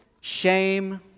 shame